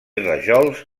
rajols